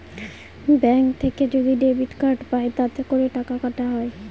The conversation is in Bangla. ব্যাঙ্ক থেকে যদি ডেবিট কার্ড পাই তাতে করে টাকা কাটা হয়